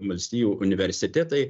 valstijų universitetai